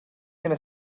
going